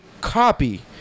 copy